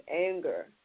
anger